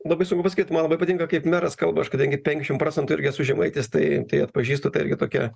labai sunku pasakyt man labai patinka kaip meras kalba aš kadangi penkiasdešim procentų irgi esu žemaitis tai tai atpažįstu tą irgi tokią